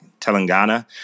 Telangana